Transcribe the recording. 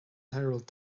harald